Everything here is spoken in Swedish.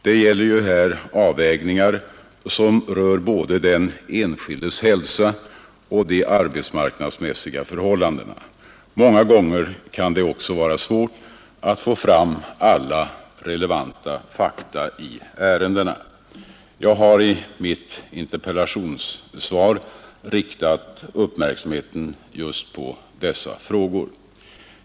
Det gäller här avvägningar som rör både den enskildes hälsa och de arbetsmarknadsmässiga förhållandena. Många gånger kan det också vara svårt att få fram alla relevanta fakta i ärendena. Jag har i mitt interpellationssvar riktat uppmärksamheten just på dessa frågor.